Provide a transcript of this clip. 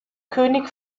könig